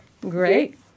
Great